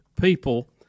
people